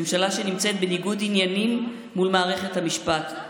ממשלה שנמצאת בניגוד עניינים מול מערכת המשפט.